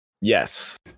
yes